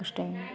ಅಷ್ಟೇ